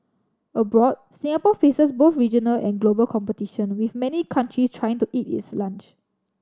abroad Singapore faces both regional and global competition with many countries trying to eat its lunch